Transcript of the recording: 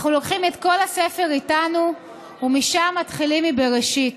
אנחנו לוקחים את כל הספר איתנו ומשם מתחילים מבראשית,